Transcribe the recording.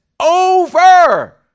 over